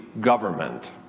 government